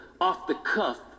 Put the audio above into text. off-the-cuff